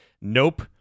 Nope